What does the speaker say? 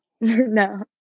No